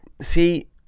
See